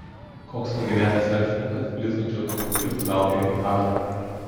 koks pagyvenęs verslininkas blizgančiu automobiliu traukia į havrą